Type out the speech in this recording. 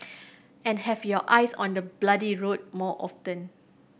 and have your eyes on the bloody road more often